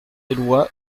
eloi